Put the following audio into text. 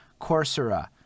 Coursera